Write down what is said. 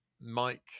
Mike